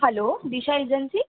hello Disha agency